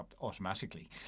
automatically